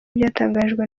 byatangajwe